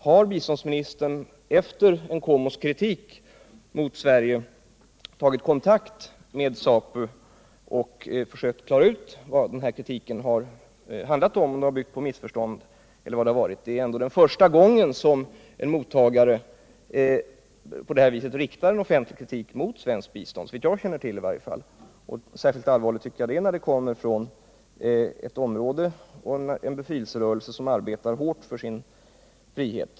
Har biståndsministern efter Nkomos kritik mot Sverige tagit kontakt med ZAPU och försökt klara ut vad kritiken handlat om, om den varit byggd på missförstånd eller vad det nu kan ha varit? Det är såvitt jag känner till första gången som en mottagare på detta vis riktar en offentlig kritik mot svenskt bistånd. Jag tycker att det är särskilt allvarligt när den kommer från en befrielserörelse som arbetar hårt för sin frihet.